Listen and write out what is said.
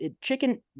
chicken